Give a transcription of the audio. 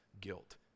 guilt